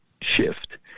shift